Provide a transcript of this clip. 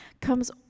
comes